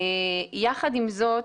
יחד עם זאת,